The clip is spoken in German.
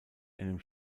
einem